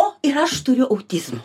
o ir aš turiu autizmo